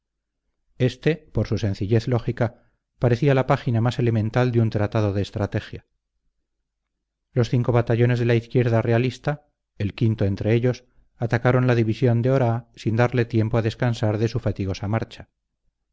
éste por su sencillez lógica parecía la página más elemental de un tratado de estrategia los cinco batallones de la izquierda realista el o entre ellos atacaron la división de oraa sin darle tiempo a descansar de su fatigosa marcha